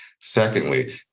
Secondly